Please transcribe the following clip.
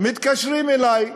מתקשרים אלי.